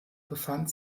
befand